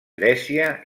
grècia